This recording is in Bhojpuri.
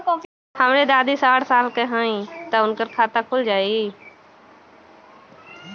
हमरे दादी साढ़ साल क हइ त उनकर खाता खुल जाई?